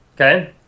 Okay